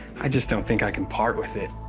i just don't think i can part with it.